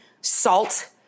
salt